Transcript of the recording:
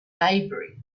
maybury